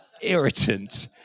irritant